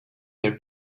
their